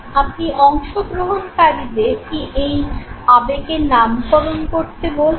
আপনি অংশগ্রহণকারীদের কি এই আবেগের নামকরণ করতে বলছেন